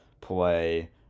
play